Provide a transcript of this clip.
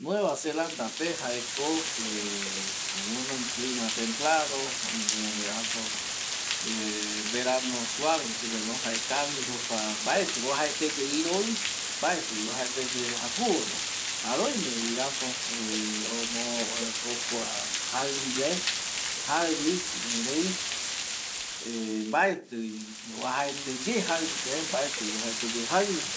Nueva zelanda pe jaeko gunoi clima templado oime apo ˂hesitation˃ verano suave jaekavi jokua mbaeti uajaete ye iroi mbaeti vi uajaete ye jakuvo jare oime vi apo oipoko jaivi ye jaivi ˂hesitation˃ mbaeti uajaete ye jaiviye mbaeti uajaete ye jaivi